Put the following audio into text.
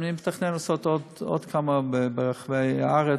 אני מתכנן לעשות עוד כמה ברחבי הארץ,